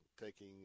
taking